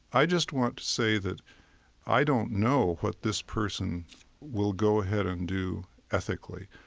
i just want to say that i don't know what this person will go ahead and do ethically,